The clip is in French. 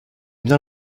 bien